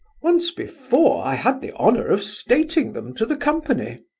once before i had the honour of stating them to the company.